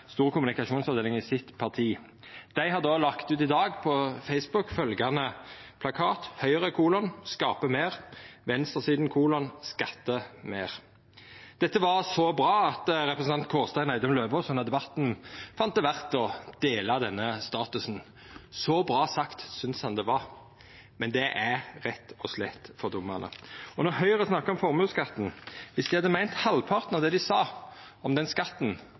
stor kommunikasjonsavdeling i partiet sitt. Dei har lagt ut på Facebook i dag følgjande plakat: Høyre: Skape mer. Venstresiden: Skatte mer. Dette var så bra at representanten Kårstein Eidem Løvaas under debatten fant det verdt å dela denne statusen. Så bra sagt synest han det var, men det er rett og slett fordummande. Høgre snakkar om formuesskatten. Om dei hadde meint halvparten av det dei sa om den skatten,